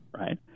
right